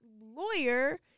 lawyer